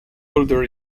holder